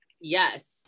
yes